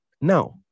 Now